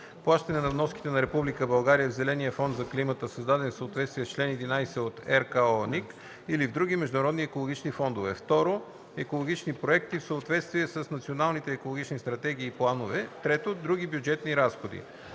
плащане на вноските на Република България в Зеления фонд за климата, създаден в съответствие с чл. 11 от РКООНИК или други международни екологични фондове; 2. екологични проекти в съответствие с националните екологични стратегии и планове; 3. други бюджетни разходи.”